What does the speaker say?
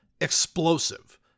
explosive